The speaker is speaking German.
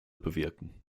bewirken